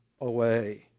away